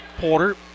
Porter